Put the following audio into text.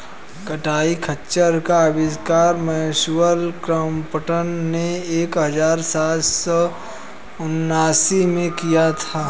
कताई खच्चर का आविष्कार सैमुअल क्रॉम्पटन ने एक हज़ार सात सौ उनासी में किया था